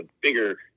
bigger